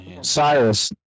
Cyrus